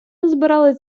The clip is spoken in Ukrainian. назбирали